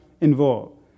involved